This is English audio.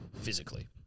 physically